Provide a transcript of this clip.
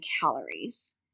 calories